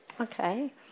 Okay